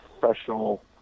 professional